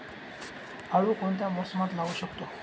आळू कोणत्या मोसमात लावू शकतो?